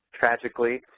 tragically,